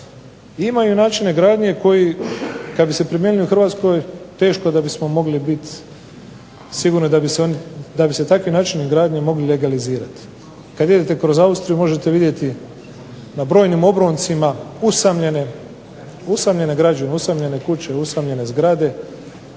imaju načine gradnje koji da kad bi se primijenili u Hrvatskoj teško da bismo mogli biti sigurni da bi se takvi načini gradnje mogli legalizirati. Kad idete kroz Austriju možete vidjeti na brojnim obroncima usamljene građevine, usamljene kuće, usamljene zgrade